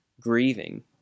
grieving